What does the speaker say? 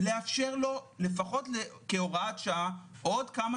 ולאפשר לו לפחות כהוראת שעה עוד כמה